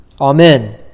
Amen